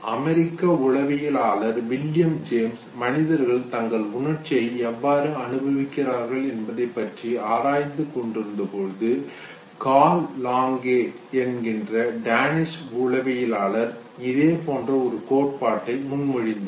அமெரிக்க உளவியலாளர் William James மனிதர்கள் தங்கள் உணர்ச்சியை எவ்வாறு அனுபவிக்கிறார்கள் என்பதை பற்றி ஆராய்ச்சி கொண்டிருந்தபோது கார்ல் லாங்கே என்ற டேனிஷ் உளவியலாளர் இதே போன்ற ஒரு கோட்பாட்டை முன்மொழிந்தார்